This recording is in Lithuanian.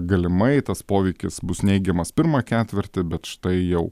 galimai tas poveikis bus neigiamas pirmą ketvirtį bet štai jau